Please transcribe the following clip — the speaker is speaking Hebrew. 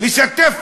לשתף פעולה,